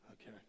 Okay